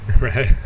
Right